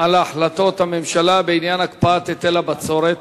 בנוגע להחלטות הממשלה בעניין הקפאת היטל הבצורת